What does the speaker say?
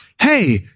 hey